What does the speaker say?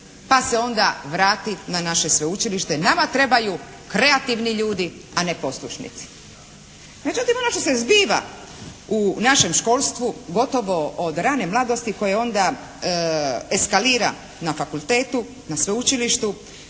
pa se onda vrati na naše Sveučilište. Nama trebaju kreativni ljudi, a ne poslušnici.» Međutim ono što se zbiva u našem školstvu gotovo od rane mladosti koje onda eskalira na fakultetu, na Sveučilištu